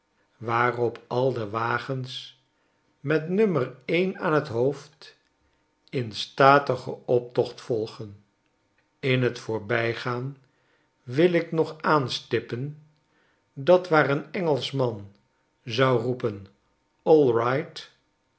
waarop al de wagens met n aan t hoofd in statigen optocht voigen in t voorbgaan wil ik nog aanstippen dat waar een engelschmanzou roepen a right